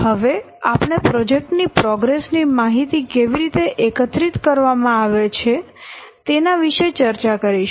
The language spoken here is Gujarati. હવે આપણે પ્રોજેક્ટ ની પ્રોગ્રેસ ની માહિતી કેવી રીતે એકત્રિત કરવામાં આવે છે તેના વિશે ચર્ચા કરીશું